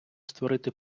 створити